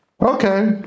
Okay